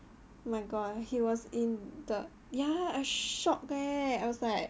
oh my god he was in the ya I shocked eh I was like